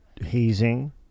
hazing